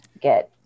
get